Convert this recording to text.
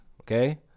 okay